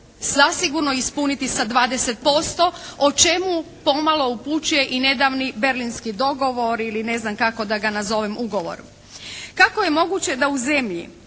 zasigurno ispuniti sa 20% o čemu pomalo upućuje i nedavni berlinski dogovor ili ne znam kako da ga nazovem ugovor. Kako je moguće da u zemlji